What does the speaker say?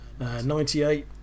98